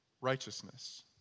Righteousness